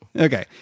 Okay